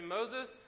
Moses